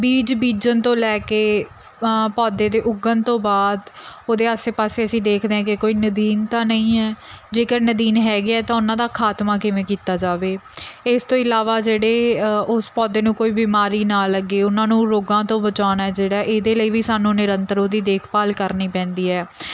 ਬੀਜ ਬੀਜਣ ਤੋਂ ਲੈ ਕੇ ਪ ਪੌਦੇ ਦੇ ਉੱਗਣ ਤੋਂ ਬਾਅਦ ਉਹਦੇ ਆਸੇ ਪਾਸੇ ਅਸੀਂ ਦੇਖਦੇ ਹਾਂ ਕਿ ਕੋਈ ਨਦੀਨ ਤਾਂ ਨਹੀਂ ਹੈ ਜੇਕਰ ਨਦੀਨ ਹੈਗੇ ਆ ਤਾਂ ਉਹਨਾਂ ਦਾ ਖਾਤਮਾ ਕਿਵੇਂ ਕੀਤਾ ਜਾਵੇ ਇਸ ਤੋਂ ਇਲਾਵਾ ਜਿਹੜੇ ਉਸ ਪੌਦੇ ਨੂੰ ਕੋਈ ਬਿਮਾਰੀ ਨਾ ਲੱਗੇ ਉਹਨਾਂ ਨੂੰ ਰੋਗਾਂ ਤੋਂ ਬਚਾਉਣਾ ਜਿਹੜਾ ਇਹਦੇ ਲਈ ਵੀ ਸਾਨੂੰ ਨਿਰੰਤਰ ਉਹਦੀ ਦੇਖਭਾਲ ਕਰਨੀ ਪੈਂਦੀ ਹੈ